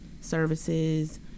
services